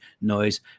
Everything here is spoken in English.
noise